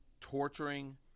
torturing